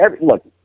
look